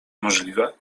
możliwe